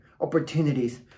opportunities